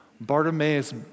Bartimaeus